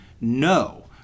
No